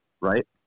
right